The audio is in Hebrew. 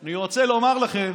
אני רוצה לומר לכם